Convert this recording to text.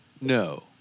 No